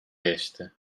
geçti